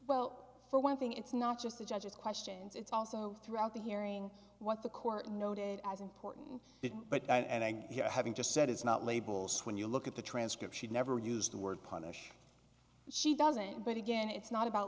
well for one thing it's not just the judge's questions it's also throughout the hearing what the court noted as important but i and i hear having just said it's not labels when you look at the transcript she never used the word punish she doesn't but again it's not about